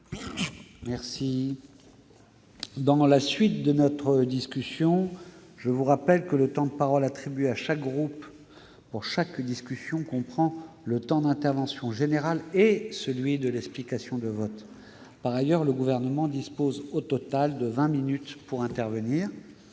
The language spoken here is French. Mes chers collègues, je vous rappelle que le temps de parole attribué à chaque groupe pour chaque discussion comprend le temps d'intervention générale et celui de l'explication de vote. Par ailleurs, le Gouvernement dispose au total de vingt minutes pour intervenir.